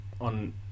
On